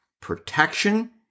protection